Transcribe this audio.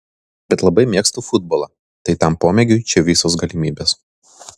bet labai mėgstu futbolą tai tam pomėgiui čia visos galimybės